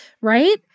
right